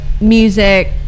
music